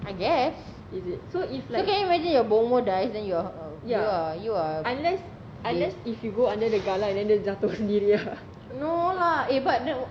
I guess so can you imagine your bomoh dies then you're you're you are no lah eh but then